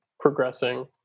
progressing